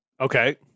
Okay